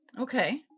Okay